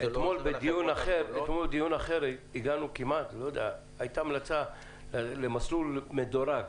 אתמול בדיון אחר הייתה המלצה למסלול מדורג,